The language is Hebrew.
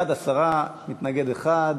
בעד, 10, מתנגד אחד.